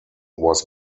was